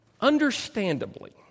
Understandably